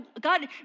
God